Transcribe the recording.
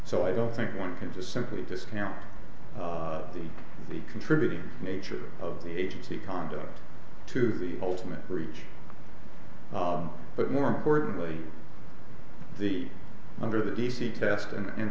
so i don't think one can just simply discount the the contributing nature of the agency conduct to the ultimate breach but more importantly the under the easy test and